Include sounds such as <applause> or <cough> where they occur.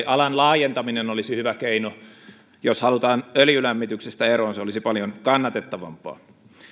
<unintelligible> alan laajentaminen olisi hyvä keino jos halutaan öljylämmityksestä eroon se olisi paljon kannatettavampaa